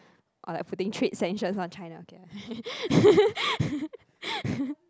or like putting trades tensions on China okay lah